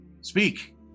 Speak